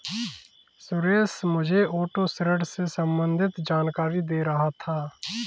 सुरेश मुझे ऑटो ऋण से संबंधित जानकारी दे रहा था